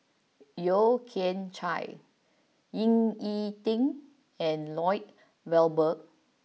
Yeo Kian Chai Ying E Ding and Lloyd Valberg